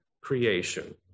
creation